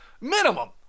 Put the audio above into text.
Minimum